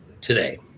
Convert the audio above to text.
today